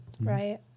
Right